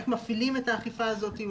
איך מפעילים את האכיפה הזאת.